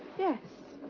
yes.